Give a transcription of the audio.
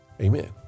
Amen